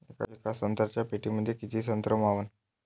येका संत्र्याच्या पेटीमंदी किती संत्र मावन?